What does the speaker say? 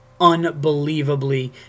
unbelievably